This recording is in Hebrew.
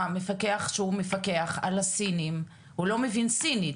המפקח שהוא מפקח על הסינים, הוא לא מבין סינית.